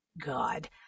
God